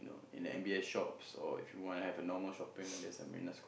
in the M_B_S shops or if you wana have a normal shopping there's a Marina-Square